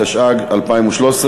התשע"ג 2013,